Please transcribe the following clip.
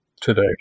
today